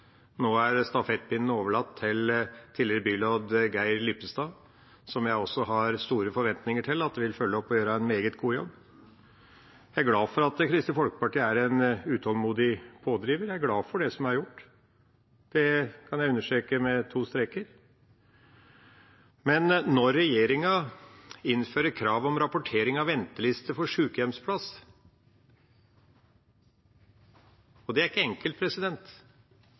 Nå er stafettpinnen overlatt til tidligere byråd Geir Lippestad, som jeg også har store forventninger til vil følge opp og gjøre en meget god jobb. Jeg er glad for at Kristelig Folkeparti er en utålmodig pådriver, jeg er glad for det som er gjort. Det kan jeg understreke – med to streker. Regjeringa innfører krav om rapportering av venteliste for sjukehjemsplass. Det er ikke enkelt